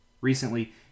Recently